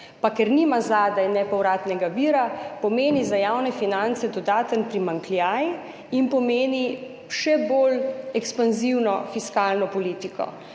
in ker zadaj nima nepovratnega vira, pomeni za javne finance dodaten primanjkljaj in pomeni še bolj ekspanzivno fiskalno politiko.